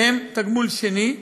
שהם תגמול שני,